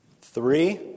Three